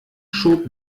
schob